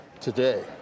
today